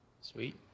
sweet